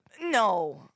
no